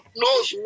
knows